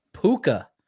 Puka